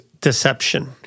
Deception